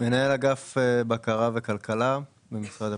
מנהל אגף בקרה וכלכלה במשרד הפנים.